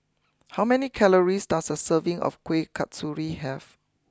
how many calories does a serving of Kuih Kasturi have